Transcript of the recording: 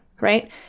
Right